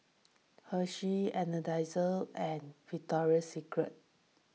Hersheys Energizer and Victoria Secret